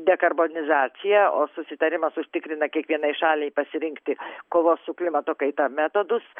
dekarbonizacija o susitarimas užtikrina kiekvienai šaliai pasirinkti kovos su klimato kaita metodus